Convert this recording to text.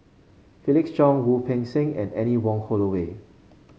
Felix Cheong Wu Peng Seng and Anne Wong Holloway